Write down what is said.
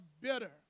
bitter